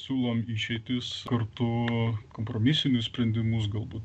siūlom išeitis kartu kompromisinius sprendimus galbūt